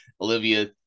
Olivia